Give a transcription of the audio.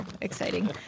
exciting